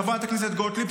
חברת הכנסת גוטליב,